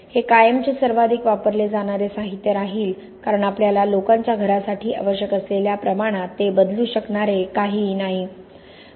हे कायमचे सर्वाधिक वापरले जाणारे साहित्य राहिल कारण आपल्याला लोकांच्या घरासाठी आवश्यक असलेल्या प्रमाणात ते बदलू शकणारे काहीही नाही